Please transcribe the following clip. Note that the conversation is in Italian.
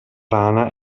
rana